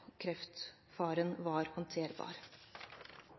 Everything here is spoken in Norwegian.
kreftfaren var håndterbar.